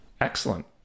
Excellent